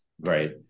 right